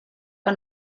que